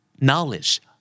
knowledge